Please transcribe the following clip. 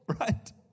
right